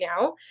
now